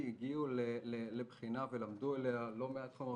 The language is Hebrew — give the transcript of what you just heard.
אנשים שהגיעו לבחינה ולמדו אליה לא מעט חומר,